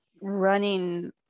running